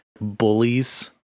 bullies